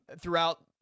throughout